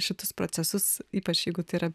šitus procesus ypač jeigu tai yra